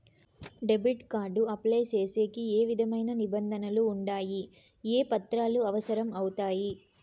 Debit card apply సేసేకి ఏ విధమైన నిబంధనలు ఉండాయి? ఏ పత్రాలు అవసరం అవుతాయి?